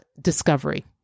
discovery